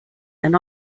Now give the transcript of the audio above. and